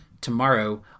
tomorrow